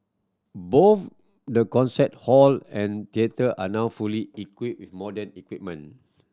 both the concert hall and theatre are now fully equipped modern equipment